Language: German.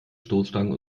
stoßstangen